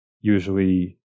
Usually